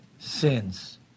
Sins